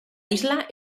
isla